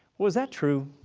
was that true?